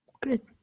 Good